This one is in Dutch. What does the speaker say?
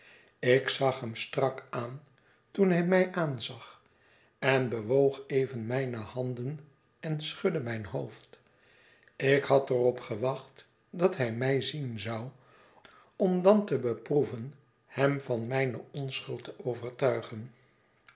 ik zag hem strak aan toen hij mij aanzag en bewoog even mijne handen en schudde mijn hoofd ik had er op gewacht dat hij mij zien zou om dan te beproeven hem van mijne onschuld te overtuigen